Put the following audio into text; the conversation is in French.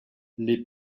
les